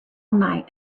night